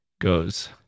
goes